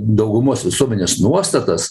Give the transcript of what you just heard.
daugumos visuomenės nuostatas